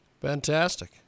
Fantastic